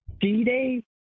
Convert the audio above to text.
D-Day